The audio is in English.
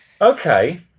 okay